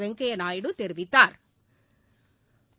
வெங்கய்யா நாயுடு தெரிவித்தாா்